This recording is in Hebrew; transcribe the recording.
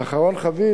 ואחרון חביב,